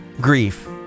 grief